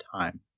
time